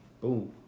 boom